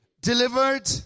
delivered